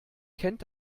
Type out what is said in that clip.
kennt